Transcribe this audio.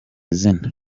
izina